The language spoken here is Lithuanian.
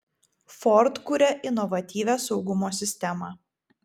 ford kuria inovatyvią saugumo sistemą